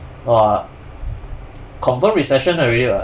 !whoa! confirm recession already [what]